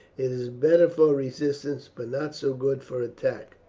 it is better for resistance, but not so good for attack.